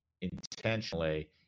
intentionally